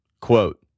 Quote